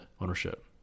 ownership